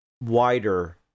wider